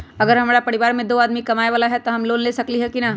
अगर हमरा परिवार में दो आदमी कमाये वाला है त हम लोन ले सकेली की न?